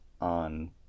on